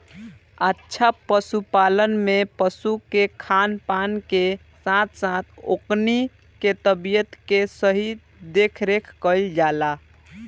अच्छा पशुपालन में पशु के खान पान के साथ साथ ओकनी के तबियत के सही देखरेख कईल जाला